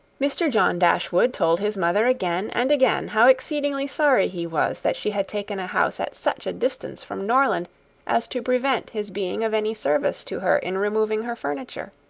mr. john dashwood told his mother again and again how exceedingly sorry he was that she had taken a house at such a distance from norland as to prevent his being of any service to her in removing her furniture.